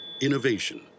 Innovation